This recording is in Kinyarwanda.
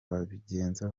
babigenza